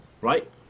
right